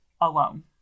alone